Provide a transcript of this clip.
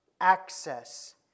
access